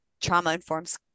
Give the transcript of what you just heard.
trauma-informed